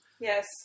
Yes